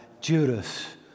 Judas